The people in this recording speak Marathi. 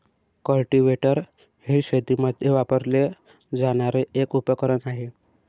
कल्टीवेटर हे शेतीमध्ये वापरले जाणारे एक उपकरण आहे